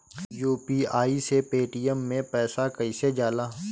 UPI से Paytm मे पैसा कइसे जाला?